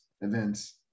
events